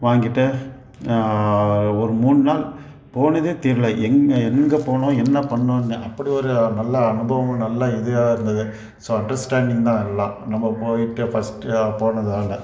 வாங்கிட்டு ஒரு மூணு நாள் போனதே தெரியல எங்கே எங்கே போனோம் என்ன பண்ணோம்னு அப்படி ஒரு நல்ல அனுபவம் நல்லா இதாக இருந்தது ஸோ அண்டர்ஸ்டாண்டிங் தான் எல்லாம் நம்ம போய்ட்டு ஃபஸ்ட்டு போனதினால